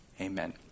Amen